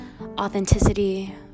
authenticity